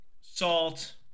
Salt